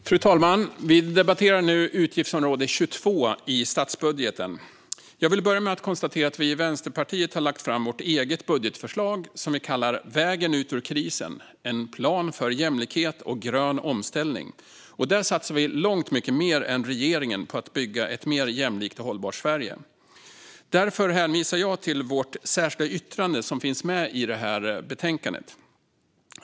Fru talman! Vi ska nu debattera utgiftsområde 22 i statsbudgeten. Jag vill börja med att konstatera att vi i Vänsterpartiet har lagt fram vårt eget budgetförslag, som vi kallar Vägen ut ur krisen - en plan för jämlikhet och grön omställning . Där satsar vi långt mycket mer än regeringen på att bygga ett mer jämlikt och hållbart Sverige. Därför hänvisar jag till vårt särskilda yttrande i betänkandet.